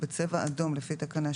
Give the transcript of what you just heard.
התקנות העיקריות),